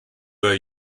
were